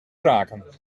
kraken